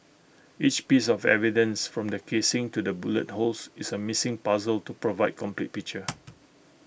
each piece of evidence from the casings to the bullet holes is A missing puzzle to provide complete picture